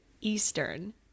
eastern